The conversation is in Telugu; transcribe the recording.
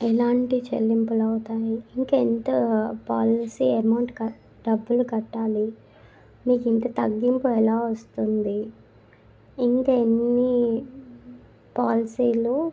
ఎలాంటి చెల్లింపులు అవుతాయి ఇంకా ఎంత పాలసీ అమౌంట్ క డబ్బులు కట్టాలి మీకు ఇంత తగ్గింపు ఎలా వస్తుంది ఇంకా ఎన్ని పాలసీలు